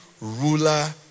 ruler